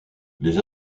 les